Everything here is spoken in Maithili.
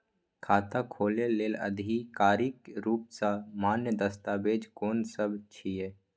खाता खोले लेल आधिकारिक रूप स मान्य दस्तावेज कोन सब छिए?